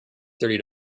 thirty